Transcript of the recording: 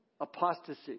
Apostasy